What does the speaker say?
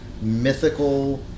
mythical